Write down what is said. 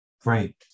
Great